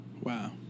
Wow